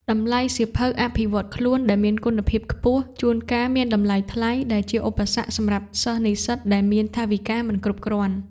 តម្លៃសៀវភៅអភិវឌ្ឍខ្លួនដែលមានគុណភាពខ្ពស់ ជួនកាលមានតម្លៃថ្លៃ ដែលជាឧបសគ្គសម្រាប់សិស្សនិស្សិតដែលមានថវិកាមានកម្រិត។